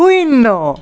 শূন্য